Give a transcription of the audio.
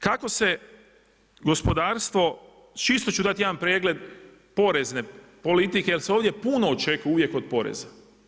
Kako se gospodarstvo, čisto ču dati jedan pregled porezne politike jer se ovdje puno očekuje uvijek od poreza.